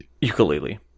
ukulele